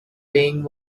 being